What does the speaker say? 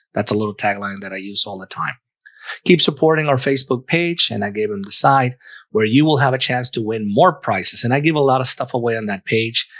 that's a little tagline that i use all the time keep supporting our facebook page and i gave them the side where you will have a chance to win more prices, and i give a lot of stuff away on that page